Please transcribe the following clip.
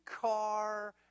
car